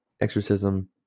exorcism